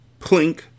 plink